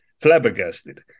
flabbergasted